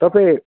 तपाईँ